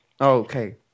Okay